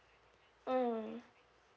mm